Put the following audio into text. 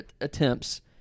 attempts